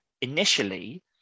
Initially